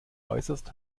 äußerst